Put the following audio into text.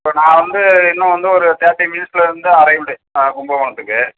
இப்போ நான் வந்து இன்னும் வந்து ஒரு தேர்ட்டி மினிட்ஸ்லேருந்து அரைவ்டு ஆ கும்பகோணத்துக்கு